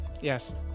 yes